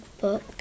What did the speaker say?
book